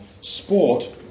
sport